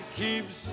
keeps